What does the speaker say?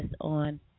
on